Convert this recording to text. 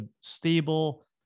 stable